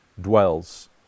dwells